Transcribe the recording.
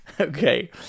Okay